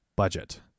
budget